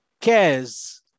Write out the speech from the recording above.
cares